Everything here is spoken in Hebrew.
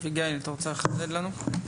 אביגיל, את רוצה לחדד לנו?